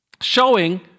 showing